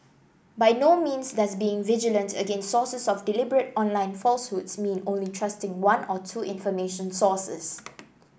by no means does being vigilant against sources of deliberate online falsehoods mean only trusting one or two information sources